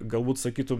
galbūt sakytų